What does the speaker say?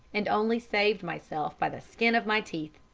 and only saved myself by the skin of my teeth.